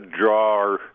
draw